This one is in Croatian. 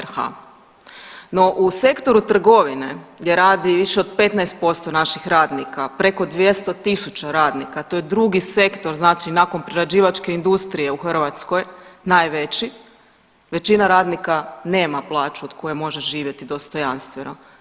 No u sektoru trgovine gdje radi više od 15% naših radnika, preko 200 tisuća radnika to je drugi sektor znači nakon prerađivačke industrije u Hrvatskoj najveći većina radnika nema plaću od koje može živjeti dostojanstveno.